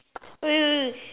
wait wait wait